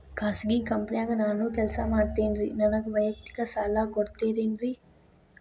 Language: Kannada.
ಖಾಸಗಿ ಕಂಪನ್ಯಾಗ ನಾನು ಕೆಲಸ ಮಾಡ್ತೇನ್ರಿ, ನನಗ ವೈಯಕ್ತಿಕ ಸಾಲ ಕೊಡ್ತೇರೇನ್ರಿ?